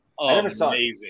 amazing